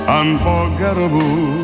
unforgettable